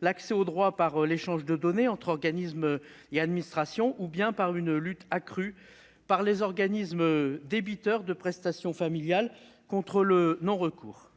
l'accès aux droits par l'échange de données entre organismes et administrations ou bien par une lutte accrue par les organismes débiteurs de prestations familiales contre le non-recours.